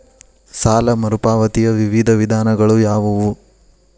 ಸಾಲ ಮರುಪಾವತಿಯ ವಿವಿಧ ವಿಧಾನಗಳು ಯಾವುವು?